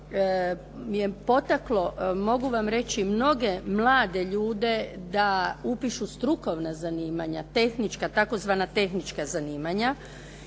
je potaklo, mogu vam reći mnoge mlade ljude da upišu strukovna zanimanja, tehnička, tzv. tehnička zanimanja.